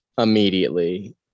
immediately